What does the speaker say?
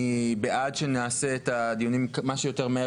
אני בעד שנעשה את הדיונים מה שיותר מהר